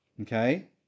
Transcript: Okay